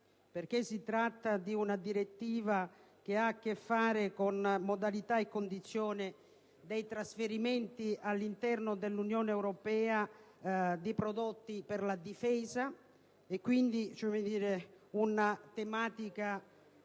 perché si tratta di una direttiva che ha a che fare con modalità e condizioni dei trasferimenti all'interno dell'Unione europea dei prodotti per la difesa. Una tematica,